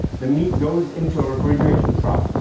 the meat goes into a refrigeration truck,